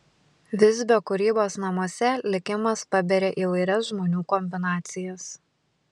visbio kūrybos namuose likimas paberia įvairias žmonių kombinacijas